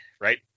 right